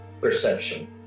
perception